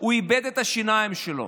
הוא איבד את השיניים שלו,